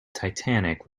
titanic